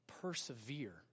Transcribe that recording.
persevere